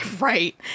Right